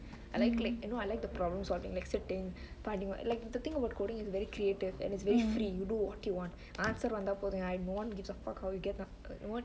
I like like you know I like the problem solving like sitting the thing about coding is very creative and it's very free you do what you want answer வந்தா போது:vanthaa pothu I won't give you get the